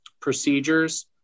procedures